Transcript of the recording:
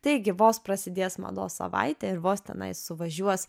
taigi vos prasidės mados savaitė ir vos tenai suvažiuos